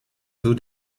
two